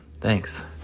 thanks